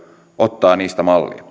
ottaa niistä mallia